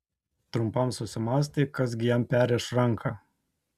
trumpam susimąstė kas gi jam perriš ranką